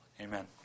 Amen